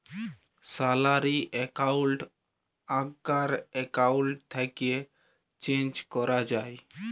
salary account আগ্কার account থ্যাকে change ক্যরা যায়